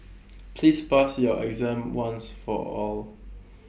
please pass your exam once for all